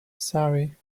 sorry